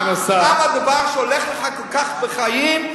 למה דבר שהולך לך כל כך בחיים,